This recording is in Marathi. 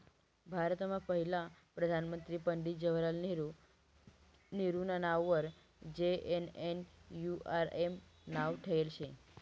भारतमा पहिला प्रधानमंत्री पंडित जवाहरलाल नेहरू नेहरूना नाववर जे.एन.एन.यू.आर.एम नाव ठेयेल शे